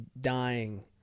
dying